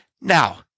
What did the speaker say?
Now